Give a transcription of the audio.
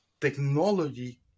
technology